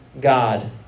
God